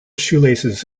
shoelaces